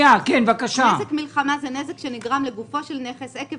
"נזק מלחמה" היא: "נזק שנגרם לגופו של נכס עקב